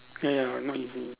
ya ya not easy